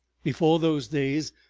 before those days,